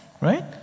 right